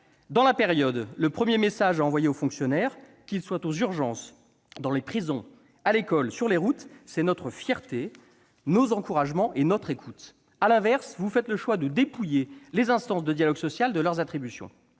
Dans la période, le premier message à envoyer aux fonctionnaires, qu'ils travaillent aux urgences, dans les prisons, à l'école, sur les routes, consiste à les assurer de notre fierté, de nos encouragements et de notre écoute. À l'inverse, vous faites le choix de dépouiller les instances de dialogue social de leurs attributions.